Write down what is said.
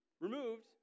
removed